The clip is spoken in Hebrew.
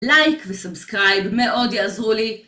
לייק וסאבסקרייב מאוד יעזרו לי